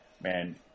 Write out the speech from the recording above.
man